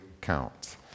counts